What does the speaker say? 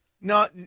No